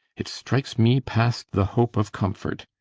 it strikes me past the hope of comfort.